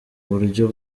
buryo